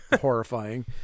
horrifying